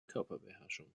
körperbeherrschung